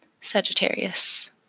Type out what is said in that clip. Sagittarius